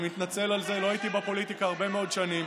שירת נאמנה.